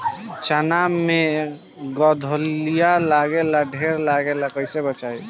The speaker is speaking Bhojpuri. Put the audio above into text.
चना मै गधयीलवा लागे ला ढेर लागेला कईसे बचाई?